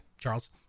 Charles